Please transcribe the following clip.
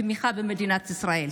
תמיכה במדינת ישראל.